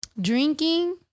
drinking